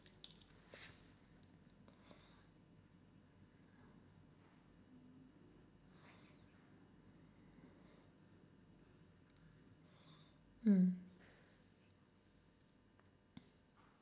mm